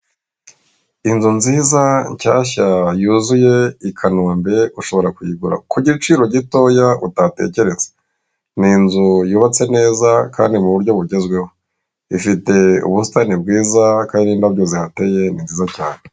Inzu nziza nshyashya yuzuye i kanombe ushobora kuyigura ko giciro gitoya utatekereza. Ni inzu yubatse neza kandi mu buryo bugezweho, ifite ubusitani bwiza kandi n'indabyo zihateye ni nziza cyane.